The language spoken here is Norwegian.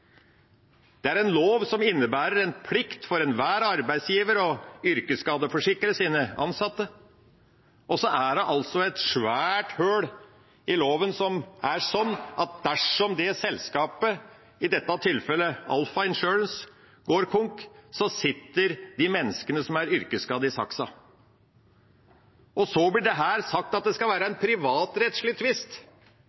Det er en lov som innebærer en plikt for enhver arbeidsgiver til å yrkesskadeforsikre sine ansatte, og så er det et svært hull i loven som er slik at dersom selskapet – i dette tilfellet Alpha Insurance – går konk, sitter de menneskene som er yrkesskadd, i saksa. Det blir her sagt at det